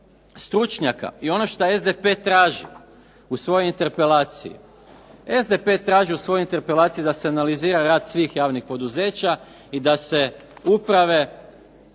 stručnjaka i ono što SDP traži u svojoj interpelaciji, SDP traži u svojoj interpelaciji da se analizira rad svih javnih poduzeća i da se uprave